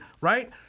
right